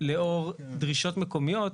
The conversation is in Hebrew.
לאור דרישות מקומיות.